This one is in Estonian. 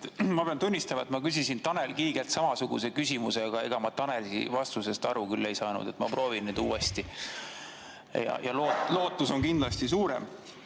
Ma pean tunnistama, et ma küsisin Tanel Kiigelt samasuguse küsimuse, aga ega ma Taneli vastusest aru küll ei saanud. Ma proovin nüüd uuesti. Lootus on kindlasti suurem.